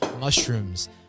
mushrooms